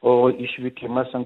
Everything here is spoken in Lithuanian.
o išvykimas